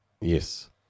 Yes